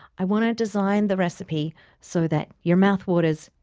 i want to design the recipe so that your mouth waters,